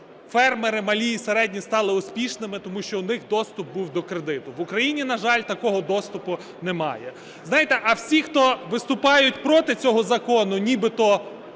фермери малі і середні стали успішними, тому що у них доступ був до кредитів. В Україні, на жаль, такого доступу немає. Знаєте, а всі, хто виступають проти цього закону, нібито